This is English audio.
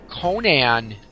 Conan